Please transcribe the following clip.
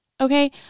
Okay